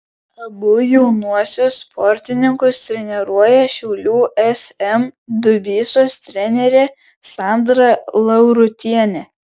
abu jaunuosius sportininkus treniruoja šiaulių sm dubysos trenerė sandra laurutienė